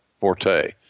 forte